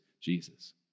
Jesus